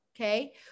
Okay